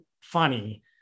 funny